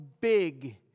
big